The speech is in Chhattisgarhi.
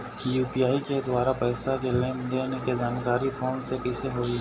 यू.पी.आई के द्वारा पैसा के लेन देन के जानकारी फोन से कइसे होही?